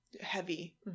heavy